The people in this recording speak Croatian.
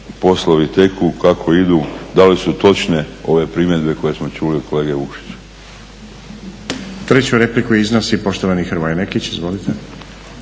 poslovi teku, kako idu, da li su točne ove primjedbe koje smo čuli od kolege Vukšića. **Stazić, Nenad (SDP)** Treću repliku iznosi poštovani Hrvoje Nekić. Izvolite.